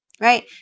right